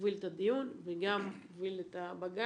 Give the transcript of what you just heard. הוביל את הדיון וגם הוביל את הבג"ץ,